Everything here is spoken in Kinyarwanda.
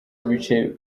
bice